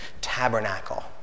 tabernacle